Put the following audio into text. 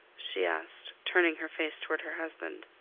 she asked, turning her face toward her husband.